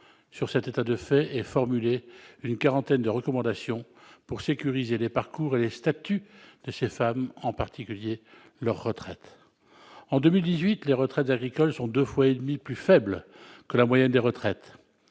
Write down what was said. sur cet état de fait. Ils formulaient une quarantaine de recommandations pour sécuriser les parcours et les statuts de ces femmes, en particulier leurs retraites. En 2018, les retraites agricoles sont deux fois et demie plus faibles que la moyenne des retraites.